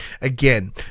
Again